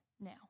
now